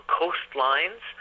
coastlines